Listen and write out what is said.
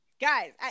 Guys